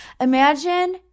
imagine